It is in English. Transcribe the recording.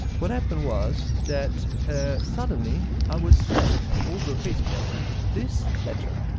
what happened was that suddenly i was sent over facebook this letter.